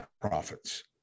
Profits